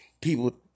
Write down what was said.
People